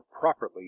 properly